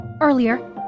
Earlier